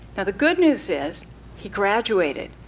and the good news is he graduated.